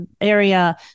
area